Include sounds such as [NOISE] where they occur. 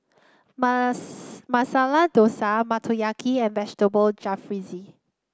[UNINTELLIGIBLE] Masala Dosa Motoyaki and Vegetable Jalfrezi